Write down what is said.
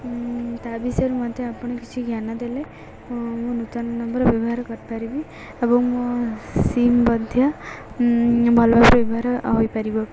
ତା ବିଷୟରେ ମଧ୍ୟ ଆପଣ କିଛି ଜ୍ଞାନ ଦେଲେ ମୁଁ ନୂତନ ନମ୍ବର୍ ବ୍ୟବହାର କରିପାରିବି ଏବଂ ମୋ ସିମ୍ ମଧ୍ୟ ଭଲ ଭାବରେ ବ୍ୟବହାର ହୋଇପାରିବ